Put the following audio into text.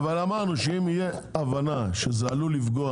אבל אמרנו שאם תהיה הבנה שזה עלול לפגוע